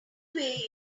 way